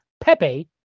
Pepe